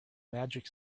magic